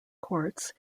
courts